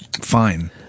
fine